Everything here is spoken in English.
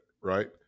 right